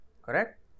correct